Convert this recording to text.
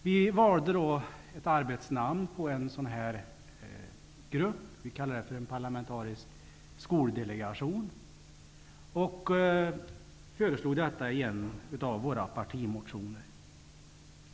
För den grupp som vi ansåg borde arbeta med detta valde vi namnet parlamentarisk skoldelegation och föreslog det i en av våra partimotioner.